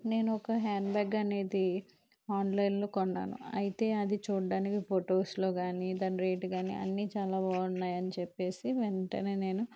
నేను ఒక handbag అనేది ఆన్లైన్లో కొన్నాను అయితే అది చూడడానికి ఫొటోస్లో కానీ దాని రేటు కానీ అన్నీ చాలా బాగున్నాయి అని చెప్పేసి వెంటనే నేను